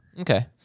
Okay